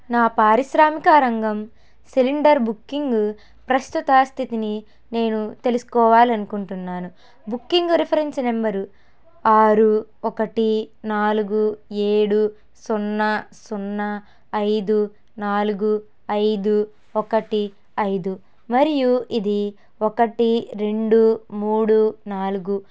నా పారిశ్రామిక రంగం సిలిండర్ బుకింగ్గు ప్రస్తుత స్థితిని నేను తెలుసుకోవాలనుకుంటున్నాను బుకింగ్ రిఫరెన్స్ నంబర్ ఆరు ఒకటి నాలుగు ఏడు సున్నా సున్నా ఐదు నాలుగు ఐదు ఒకటి ఐదు మరియు ఇది ఒకటి రెండు మూడు నాలుగు